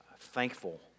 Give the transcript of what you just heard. thankful